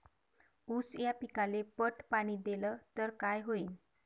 ऊस या पिकाले पट पाणी देल्ल तर काय होईन?